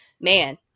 man